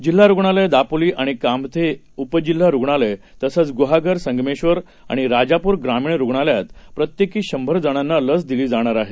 जिल्हारुग्णालय दापोलीआणिकामथेउपजिल्हारुग्णालयंतसंचगुहागर संगमेश्वरआणिराजापूरग्रामीणरुग्णालयांतप्रत्येकीशंभरजणांनालसदिलीजाणारआहे